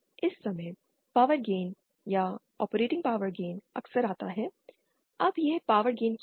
इस समय power gain या ऑपरेटिंग पावर गेन अक्सर आता है अब यह पावर गेन क्या है